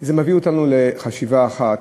וזה מביא אותנו לחשיבה אחת,